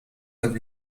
have